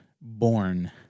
born